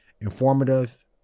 informative